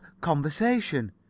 conversation